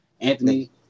Anthony